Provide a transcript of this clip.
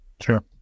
Sure